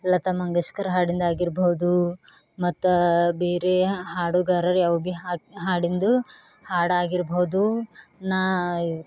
ಲತಾ ಮಂಗೇಶ್ಕರ್ ಹಾಡಿದ್ದಾಗಿರ್ಬಹುದು ಮತ್ತು ಬೇರೆ ಹಾಡುಗಾರರು ಯಾವ ಭಿ ಹಾಡಿದ್ದು ಹಾಡಾಗಿರ್ಬೋದು ನಾನು